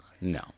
No